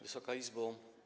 Wysoka Izbo!